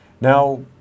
Now